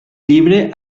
llibre